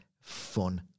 fun